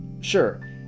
Sure